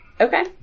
Okay